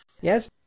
Yes